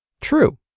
True